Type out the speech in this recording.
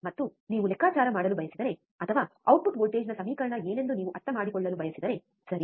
ಮತ್ತು ನೀವು ಲೆಕ್ಕಾಚಾರ ಮಾಡಲು ಬಯಸಿದರೆ ಅಥವಾ ಔಟ್ಪುಟ್ ವೋಲ್ಟೇಜ್ನ ಸಮೀಕರಣ ಏನೆಂದು ನೀವು ಅರ್ಥಮಾಡಿಕೊಳ್ಳಲು ಬಯಸಿದರೆ ಸರಿ